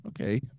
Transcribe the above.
okay